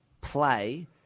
play